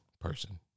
person